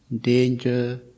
danger